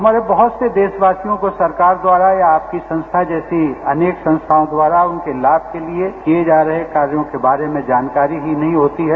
हमारे बहुत से देशवासियों को सरकार द्वारा या आपकी संस्था जैसी अनेक संस्थाओं द्वारा उनके लाभ के लिए किए जा रहे कार्यो के बारे में जानकारी ही नहीं होती है